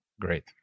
Great